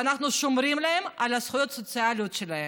ואנחנו שומרים להם על הזכויות הסוציאליות שלהם.